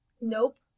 Nope